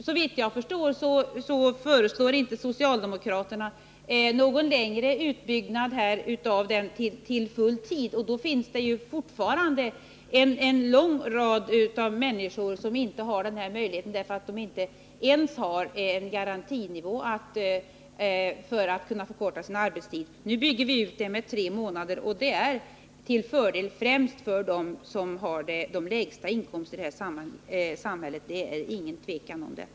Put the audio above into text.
Såvitt jag förstår föreslår inte socialdemokraterna att den ekonomiska ersättningen skall byggas ut till att omfatta hela denna tid. Det innebär att det finns en lång rad människor som inte kan utnyttja denna möjlighet, eftersom de inte ens har en garantinivå. Nu bygger vi ut detta med tre månader, och det blir till fördel främst för dem som har de lägsta inkomsterna i det här samhället. Det råder inget tvivel om det.